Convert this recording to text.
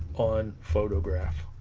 on photograph